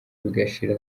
bigashira